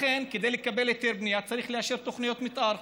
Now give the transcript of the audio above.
כדי לקבל היתר בנייה צריך לאשר תוכניות מתאר,